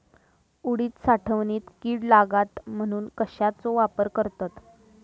उडीद साठवणीत कीड लागात म्हणून कश्याचो वापर करतत?